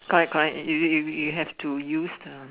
quite quite you read you read you have to use the